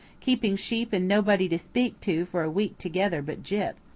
keeping sheep and nobody to speak to for a week together but gyp.